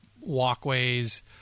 walkways